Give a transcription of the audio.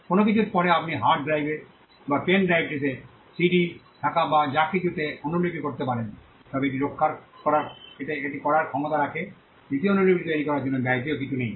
কোনও কিছুর পরে আপনি হার্ড ড্রাইভে বা পেনড্রাইভটিতে সিডি থাকা যা কিছু আছে তা অনুলিপি করতে পারেন যদি এটির করার ক্ষমতা রাখে তবে দ্বিতীয় অনুলিপিটি তৈরির জন্য ব্যয়টি কিছুই নেই